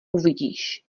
uvidíš